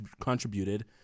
contributed